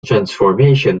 transformation